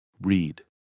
Read